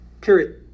period